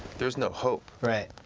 there's no hope. right.